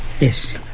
Yes